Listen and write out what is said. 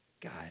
God